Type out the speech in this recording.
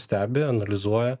stebi analizuoja